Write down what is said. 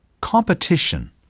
Competition